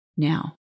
Now